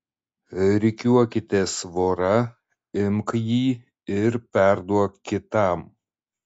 rikiuokitės vora imk jį ir perduok kitam